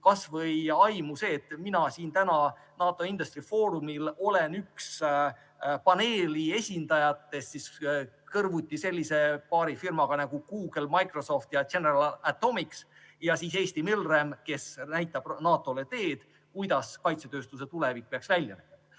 kas või see, et mina täna siin NATO-Industry Forumil olen üks paneeli esindajatest kõrvuti selliste firmadega nagu Google, Microsoft ja General Atomics. Eesti Milrem näitab NATO-le teed, kuidas kaitsetööstuse tulevik peaks välja